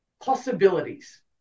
possibilities